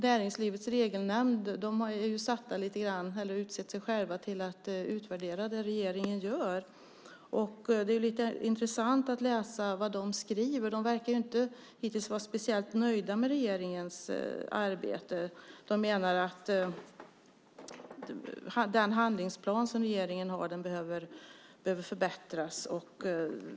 Näringslivets Regelnämnd har utsett sig själv till att utvärdera vad regeringen gör. Det är lite intressant att läsa vad nämnden skriver. Man verkar hittills inte vara speciellt nöjd med regeringens arbete. Man menar att regeringens handlingsplan behöver förbättras.